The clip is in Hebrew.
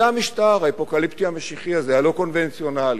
זה המשטר האפוקליפטי המשיחי הזה, הלא-קונבנציונלי.